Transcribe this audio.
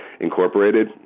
incorporated